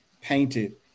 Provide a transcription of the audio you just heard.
painted